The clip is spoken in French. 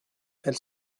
elle